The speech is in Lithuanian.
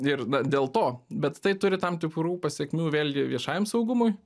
ir na dėl to bet tai turi tam tikrų pasekmių vėlgi viešajam saugumui